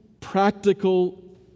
practical